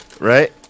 Right